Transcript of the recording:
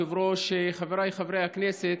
כבוד היושב-ראש, חבריי חברי הכנסת,